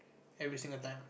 have you seen the time